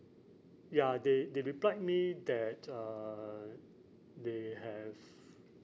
ya they they replied me that uh they have